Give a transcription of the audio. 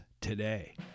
today